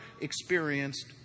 experienced